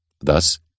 Thus